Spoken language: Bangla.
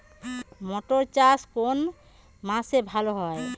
মটর চাষ কোন মাসে ভালো হয়?